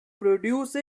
produce